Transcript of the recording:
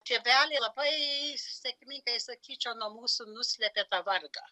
tėveliai labai sėkmingai sakyčiau nuo mūsų nuslėpė tą vargą